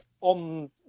on